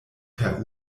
per